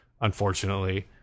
unfortunately